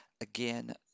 again